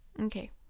Okay